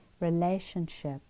relationship